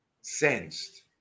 sensed